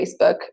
Facebook